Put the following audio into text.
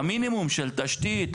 את המינימום של תשתית,